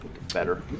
Better